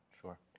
sure